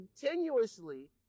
continuously